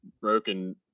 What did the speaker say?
broken